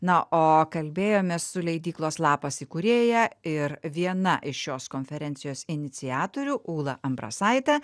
na o kalbėjomės su leidyklos lapas įkūrėja ir viena iš šios konferencijos iniciatorių ūla ambrasaite